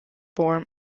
form